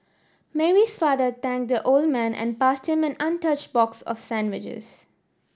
Mary's father thanked the old man and passed him an untouched box of sandwiches